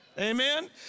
Amen